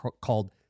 called